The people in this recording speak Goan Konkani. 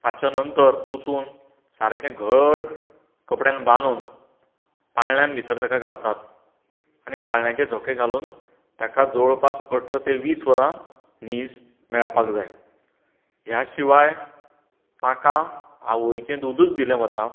ताचे नंतर पुसून सारकें घट्ट कपड्यान बांदून पाळण्यांत भितर ताका घालतात आनी पाळण्याचे झोके घालून ताका जवळ पास अठरां ते वीस वरां न्हीज मेळपाक जाय ह्या शिवाय ताका आवयचे दुदच दिलें वता